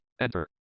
enter